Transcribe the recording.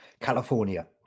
California